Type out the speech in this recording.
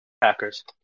Packers